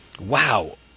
Wow